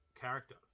character